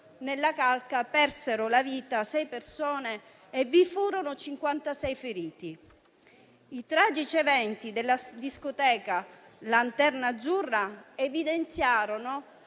nella calca persero la vita sei persone e vi furono 56 feriti. I tragici eventi della discoteca Lanterna Azzurra evidenziarono